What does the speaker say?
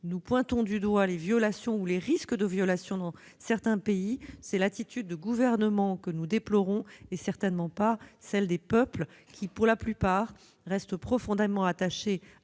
nous pointons du doigt les violations ou les risques de violations de certains pays, c'est l'attitude de leurs gouvernements que nous déplorons, certainement pas celle des peuples, qui, pour la plupart, restent profondément attachés